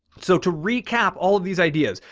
so to recap all of these ideas,